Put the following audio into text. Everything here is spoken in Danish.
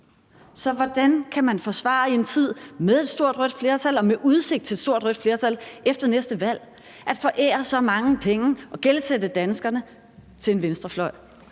Så hvordan kan man forsvare i en tid med et stort rødt flertal og med udsigt til et stort rødt flertal efter næste valg at forære så mange penge til en venstrefløj